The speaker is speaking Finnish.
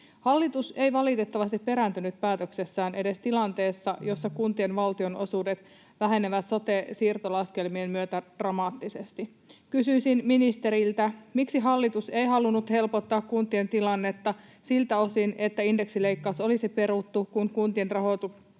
Hallitus ei valitettavasti perääntynyt päätöksessään edes tilanteessa, jossa kuntien valtionosuudet vähenevät sote-siirtolaskelmien myötä dramaattisesti. Kysyisin ministeriltä: miksi hallitus ei halunnut helpottaa kuntien tilannetta siltä osin, että indeksileikkaus olisi peruttu, kun kuntien rahoitus